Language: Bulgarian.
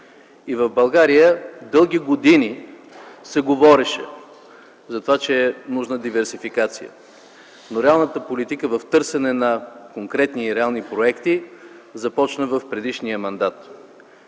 В България дълги години се говореше за това, че е нужна диверсификация, но реалната политика в търсене на конкретни реални проекти започна в предишния мандат.